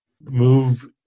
move